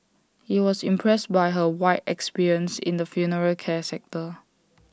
he was impressed by her wide experience in the funeral care sector